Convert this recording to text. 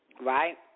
Right